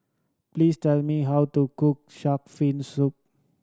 please tell me how to cook shark fin soup